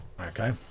Okay